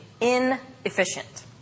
inefficient